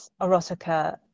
erotica